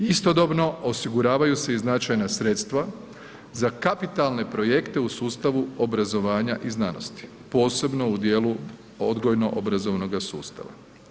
Istodobno osiguravaju se i značajna sredstva za kapitalne projekte u sustavu obrazovanja i znanosti, posebno u dijelu odgojno obrazovnoga sustava.